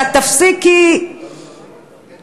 אתה תפסיק כי אנחנו,